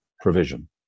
provision